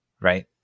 right